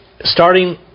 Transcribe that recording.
starting